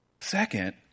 Second